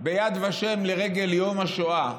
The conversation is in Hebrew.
ביד ושם לרגל יום השואה,